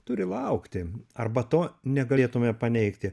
turi laukti arba to negalėtume paneigti